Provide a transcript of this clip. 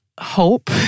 Hope